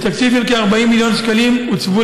בתקציב של כ-40 מיליון שקלים הוצבו